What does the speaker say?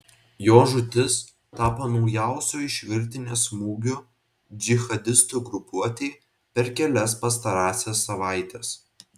jo žūtis tapo naujausiu iš virtinės smūgių džihadistų grupuotei per kelias pastarąsias savaites